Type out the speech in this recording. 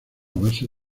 base